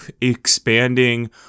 expanding